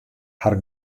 har